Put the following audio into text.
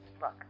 Look